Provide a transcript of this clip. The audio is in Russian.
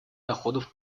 доходов